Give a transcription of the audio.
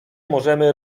możemy